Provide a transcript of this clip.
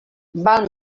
val